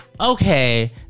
Okay